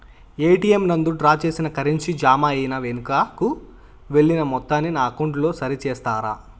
ATM నందు draw చేసిన currency జామ అయి వెనుకకు వెళ్లిన మొత్తాన్ని నా అకౌంట్ లో సరి చేస్తారా?